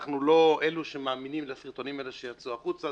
אנחנו לא אלו שמאמינים לסרטונים שיצאו החוצה,